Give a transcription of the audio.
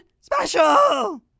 Special